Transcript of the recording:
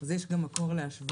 אז יש גם מקום להשוואה.